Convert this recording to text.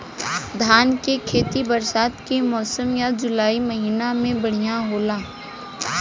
धान के खेती बरसात के मौसम या जुलाई महीना में बढ़ियां होला?